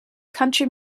country